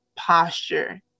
posture